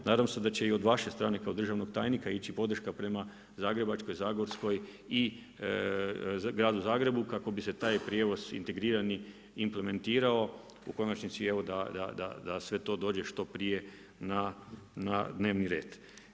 Nadam se da će i od vaše strane kao državnog tajnika ići podrška prema Zagrebačkoj, Zagorskoj i Gradu Zagrebu kako bi se taj prijevoz integrirani implementirao, u konačnici evo da sve to dođe što prije na dnevni red.